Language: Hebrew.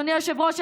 אדוני היושב-ראש,